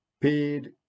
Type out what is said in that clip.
paid